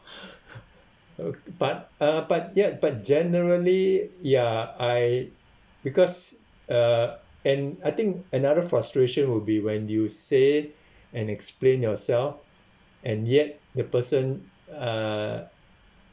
uh but uh but yet but generally ya I because uh and I think another frustration would be when you say it and explain yourself and yet the person uh